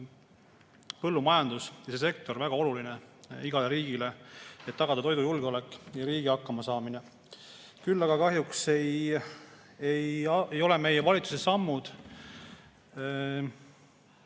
on põllumajandussektor väga oluline igale riigile, et tagada toidujulgeolek ja riigi hakkamasaamine. Kahjuks aga ei ole meie valitsuse sammud